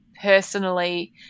personally